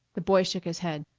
the boy shook his head.